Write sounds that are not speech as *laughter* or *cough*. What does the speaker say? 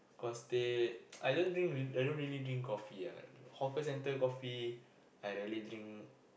cause teh *noise* I don't drink I don't really drink coffee ah hawker-center coffee I rarely drink